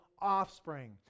offspring